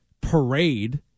parade